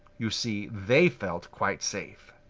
you see they felt quite safe.